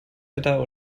wetter